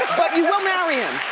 you will marry him,